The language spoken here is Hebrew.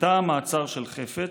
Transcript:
בתא המעצר של חפץ,